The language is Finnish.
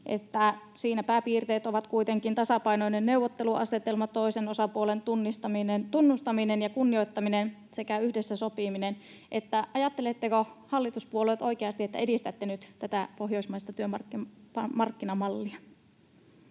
Siinä pääpiirteet ovat kuitenkin tasapainoinen neuvotteluasetelma, toisen osapuolen tunnustaminen ja kunnioittaminen sekä yhdessä sopiminen. Ajatteletteko, hallituspuolueet, oikeasti, että edistätte nyt tätä pohjoismaista työmarkkinamallia?